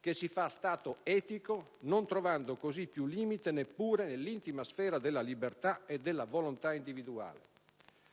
che si fa Stato etico, non trovando così più limite neppure nell'intima sfera della libertà e della volontà individuale.